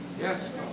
Yes